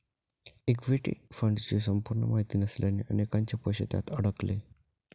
equity फंडची संपूर्ण माहिती नसल्याने अनेकांचे पैसे त्यात अडकले